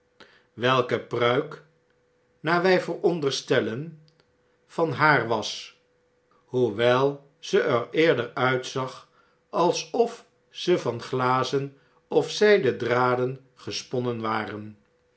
welke pruik naar wg vooronderstellen van haar was hoewel ze er eerder uitzag alsof ze van glazen of zijden draden gesponnen ware